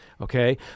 Okay